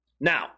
Now